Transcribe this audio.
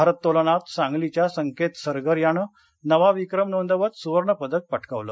भारत्तोलनात सांगलीच्या संकेत सरगर यानं नवा विक्रम नोंदवत सुवर्णपदक पटकावलं